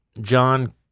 John